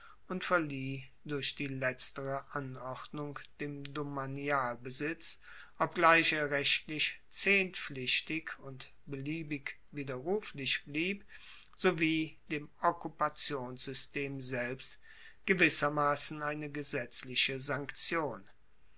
und verlieh durch die letztere anordnung dem domanialbesitz obgleich er rechtlich zehntpflichtig und beliebig widerruflich blieb sowie dem okkupationssystem selbst gewissermassen eine gesetzliche sanktion